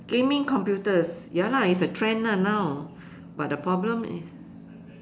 gaming computers ya lah it's a trend ah now but the problem is